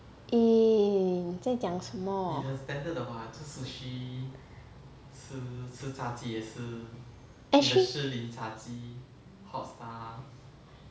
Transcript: eh 你在讲什么 actually